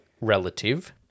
relative